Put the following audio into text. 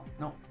no